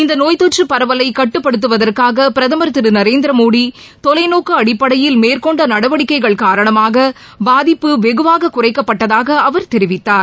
இந்த நோய் தொற்று பரவலை கட்டுப்படுத்துவதற்காக பிரதமர் திரு நரேந்திரமோடி தொலைநோக்கு அடிப்படையில் மேற்கொண்ட நடவடிக்கைகள் காரணமாக பாதிப்பு வெகுவாக குறைக்கப்பட்டதாக அவர் தெரிவித்தார்